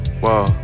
whoa